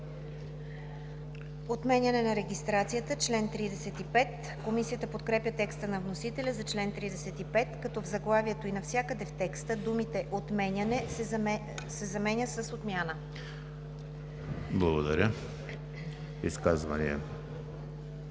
„Отменяне на регистрацията – чл. 35“. Комисията подкрепя текста на вносителя за чл. 35, като в заглавието и навсякъде в текста думата „отменяне“ се заменя с „отмяна“. ПРЕДСЕДАТЕЛ